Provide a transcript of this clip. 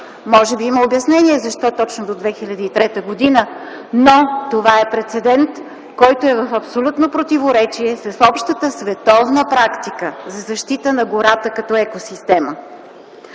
Може би има обяснение защо точно до 2003 г., но това е прецедент, който е в абсолютно противоречие с общата световна практика за защита на гората като екосистема.